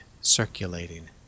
circulating